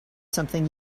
something